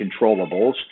controllables